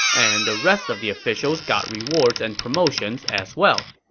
and the rest of the officials got rewards and promotions as well.